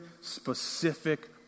specific